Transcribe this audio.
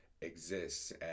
exists